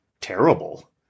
terrible